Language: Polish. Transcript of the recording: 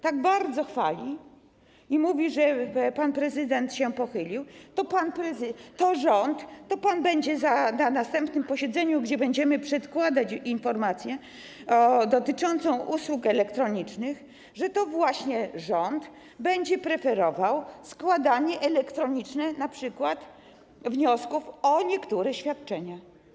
tak bardzo chwali i mówi, że pan prezydent się pochylił, to co pan będzie mówił na następnym posiedzeniu, kiedy będziemy przedkładać informację dotyczącą usług elektronicznych, gdzie to właśnie rząd będzie preferował składanie w formie elektronicznej, np. wniosków o niektóre świadczenia?